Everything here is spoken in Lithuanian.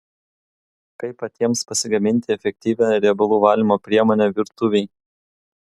kaip patiems pasigaminti efektyvią riebalų valymo priemonę virtuvei